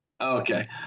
okay